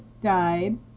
died